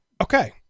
Okay